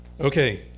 Okay